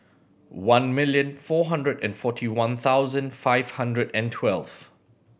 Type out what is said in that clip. one million four hundred and forty one thousand five hundred and twelve